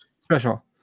special